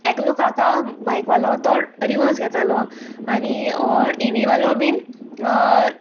एकलो काका बायकवालो तो रिवर्स घेतालो आनी हो इवीवालो बीन